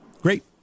Great